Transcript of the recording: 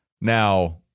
Now